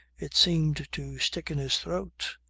it seemed to stick in his throat.